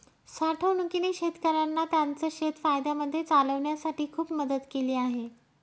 साठवणूकीने शेतकऱ्यांना त्यांचं शेत फायद्यामध्ये चालवण्यासाठी खूप मदत केली आहे